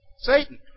Satan